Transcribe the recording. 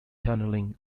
tunneling